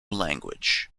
language